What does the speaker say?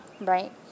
right